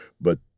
But